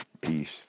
peace